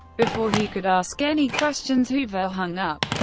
before he could ask any questions, hoover hung up.